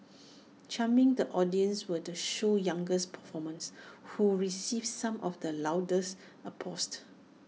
charming the audiences were the show's youngest performers who received some of the loudest applause